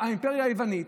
האימפריה היוונית,